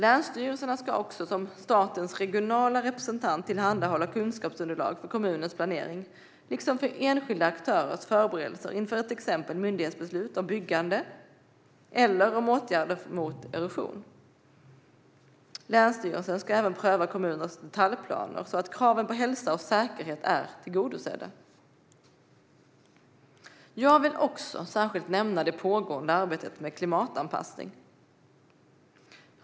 Länsstyrelsen ska också som statens regionala representant tillhandahålla kunskapsunderlag för kommunens planering liksom för enskilda aktörers förberedelse inför till exempel myndighetsbeslut om byggande eller om åtgärder mot erosion. Länsstyrelsen ska även pröva kommuners detaljplaner så att kraven på hälsa och säkerhet är tillgodosedda. Jag vill också särskilt nämna det pågående arbetet med klimatanpassning.